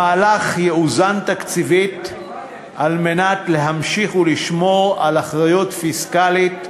המהלך יאוזן תקציבית על מנת להמשיך ולשמור על אחריות פיסקלית,